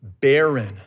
barren